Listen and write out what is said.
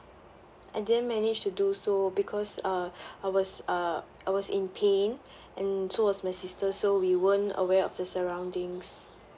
I didn't manage to do so because um I was uh I was in pain and so was my sister so we weren't aware of the surroundings